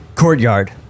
courtyard